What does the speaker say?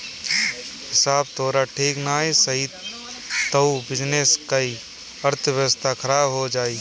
हिसाब तोहार ठीक नाइ रही तअ बिजनेस कअ अर्थव्यवस्था खराब हो जाई